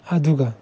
ꯑꯗꯨꯒ